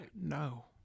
No